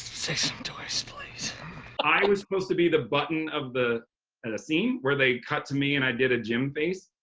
say some toys please. john i was supposed to be the button of the and scene where they cut to me and i did a jim face.